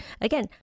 again